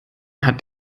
hat